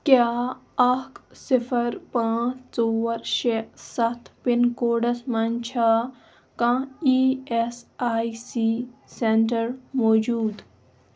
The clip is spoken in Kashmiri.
کیٛاہ اَکھ صِفر پانٛژ ژور شےٚ سَتھ پِن کوڈس مَنٛز چھا کانٛہہ E S I C centre موٗجوٗد